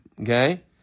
okay